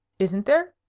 isn't there?